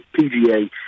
PGA